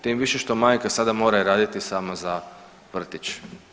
Tim više što majka sada mora raditi samo za vrtić.